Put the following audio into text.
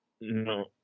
No